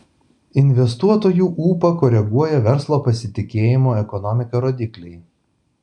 investuotojų ūpą koreguoja verslo pasitikėjimo ekonomika rodikliai